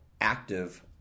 active